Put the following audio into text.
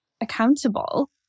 accountable